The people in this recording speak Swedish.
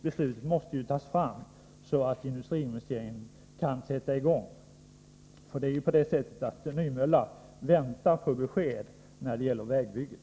Beslut måste fattas, så att utbyggnaden kan sättas i gång. Nymölla AB väntar faktiskt på besked när det gäller vägbygget.